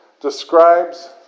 describes